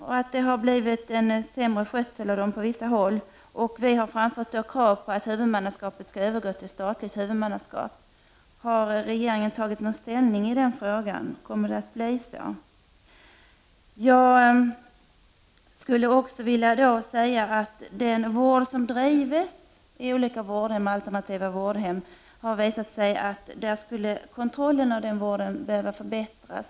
Skötseln vad gäller dessa hem har på vissa håll blivit sämre. Centerpartiet har framfört krav på att huvudmannaskapet i stället skall vara statligt. Har regeringen tagit ställning i denna fråga? Kommer det att bli så som vi vill? Det har visat sig att kontrollen av den vård som bedrivs i olika vårdhem och alternativa vårdhem skulle behöva förbättras. Har regeringen även planer på en sådan förbättring?